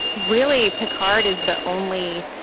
really, picard is the only